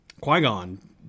Qui-Gon